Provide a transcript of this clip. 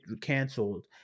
canceled